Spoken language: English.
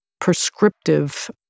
prescriptive